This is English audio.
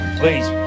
please